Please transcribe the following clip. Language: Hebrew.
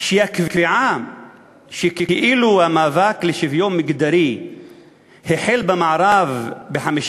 כאן שהקביעה כאילו המאבק לשוויון מגדרי החל במערב ב-50